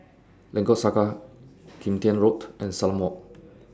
Lengkok Saga Kim Tian Road and Salam Walk